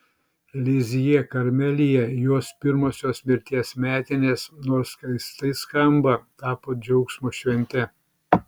lizjė karmelyje jos pirmosios mirties metinės nors keistai skamba tapo džiaugsmo švente